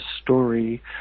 story